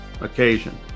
occasion